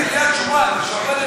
ליד שובל.